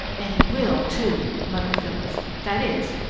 and he will, too! muttered phyllis. that is,